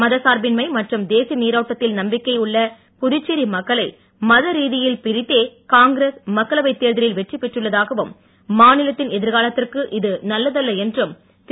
மத சார்பின்மை மற்றும் தேசிய நீரோட்டத்தில் நம்பிக்கை உள்ள புதுச்சேரி மக்களை மத ரீதியில் பிரித்தே காங்கிரஸ் மக்களவை தேர்தலில் வெற்றி பெற்றுள்ளதாகவும் மாநிலத்தின் எதிர்காலத்திற்கு இது நல்லதல்ல என்றும் திரு